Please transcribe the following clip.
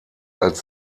als